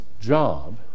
job